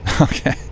Okay